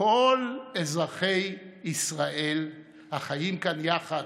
כל אזרחי ישראל החיים כאן יחד,